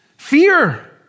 Fear